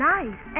Nice